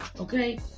Okay